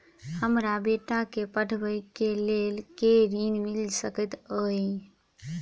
हमरा बेटा केँ पढ़ाबै केँ लेल केँ ऋण मिल सकैत अई?